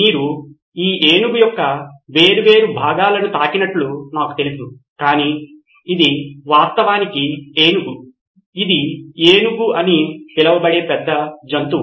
మీరు ఈ ఏనుగు యొక్క వేర్వేరు భాగాలను తాకినట్లు నాకు తెలుసు కాని ఇది వాస్తవానికి ఏనుగు ఇది ఏనుగు అని పిలువబడే పెద్ద జంతువు